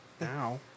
now